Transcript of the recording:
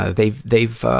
ah, they've, they've, ah,